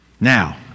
Now